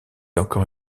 encore